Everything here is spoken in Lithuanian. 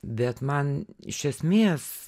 bet man iš esmės